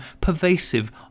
pervasive